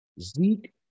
Zeke